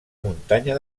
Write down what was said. muntanya